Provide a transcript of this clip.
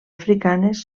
africanes